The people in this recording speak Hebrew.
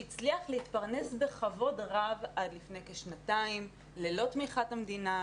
שהצליח להתפרנס בכבוד רב עד לפני כשנתיים ללא תמיכת המדינה,